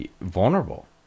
vulnerable